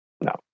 no